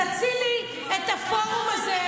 תצילי את הפורום הזה,